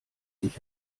sich